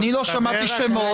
אני לא שמעתי שמות.